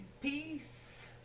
peace